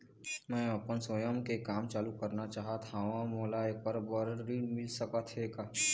मैं आपमन स्वयं के काम चालू करना चाहत हाव, मोला ऐकर बर ऋण मिल सकत हे का?